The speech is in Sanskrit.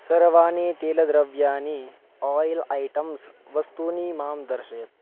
सर्वाणि तैलद्रव्याणि आयिल् ऐटम्स् वस्तूनि मां दर्शय